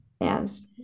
Yes